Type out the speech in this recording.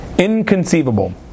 inconceivable